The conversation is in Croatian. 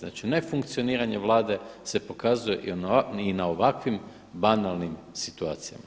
Znači nefunkcioniranje Vlade se pokazuje ni na ovakvim banalnim situacijama.